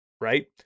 right